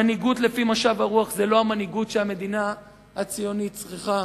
מנהיגות לפי משב הרוח היא לא המנהיגות שהמדינה הציונית צריכה.